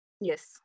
Yes